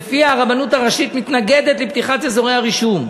שלפיה הרבנות הראשית מתנגדת לפתיחת אזורי הרישום.